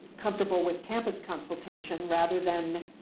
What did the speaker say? comfortable with campus consultation rather than,